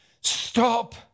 Stop